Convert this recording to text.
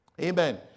Amen